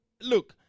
look